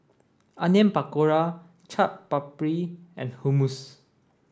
Onion Pakora Chaat Papri and Hummus